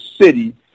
city